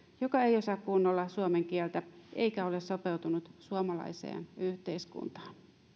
joka ei osaa kunnolla suomen kieltä eikä ole sopeutunut suomalaiseen yhteiskuntaan